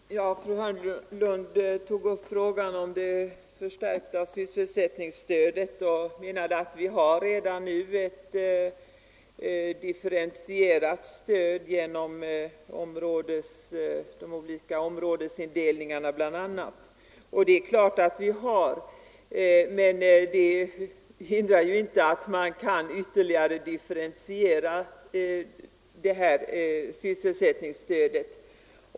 Herr talman! Fru Hörnlund tog upp frågan om det förstärkta sysselsättningsstödet och menade att vi redan nu har ett differentierat stöd bl.a. genom de olika områdesindelningarna. Det är klart att vi har. Men det hindrar inte att man ytterligare kan differentiera sysselsättningsstödet.